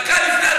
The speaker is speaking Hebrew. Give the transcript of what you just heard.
דקה לפני,